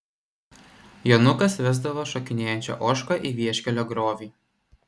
jonukas vesdavo šokinėjančią ožką į vieškelio griovį